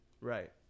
Right